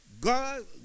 God